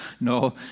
No